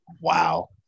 Wow